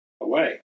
away